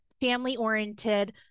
family-oriented